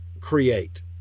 create